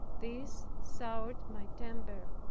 this soured my temper.